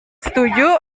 setuju